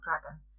dragon